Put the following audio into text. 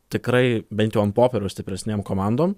tikrai bent jau ant popieriaus stipresnėm komandom